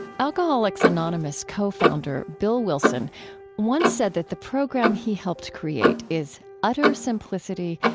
alcoholics anonymous co-founder bill wilson once said that the program he help create is utter simplicity,